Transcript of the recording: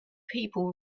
people